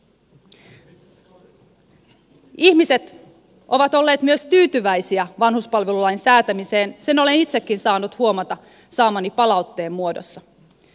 ihmiset ovat olleet myös tyytyväisiä vanhuspalvelulain säätämiseen sen olen itsekin saanut huomata saamani palautteen muodossa